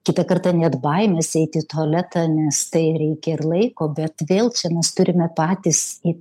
kitą kartą net baimės eiti į tualetą nes tai reikia ir laiko bet vėl čia mes turime patys į